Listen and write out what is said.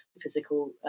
Physical